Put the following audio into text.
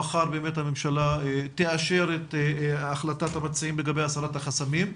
שמחר באמת הממשלה תאשר את החלטת המציעים לגבי הסרת חסמים.